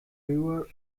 river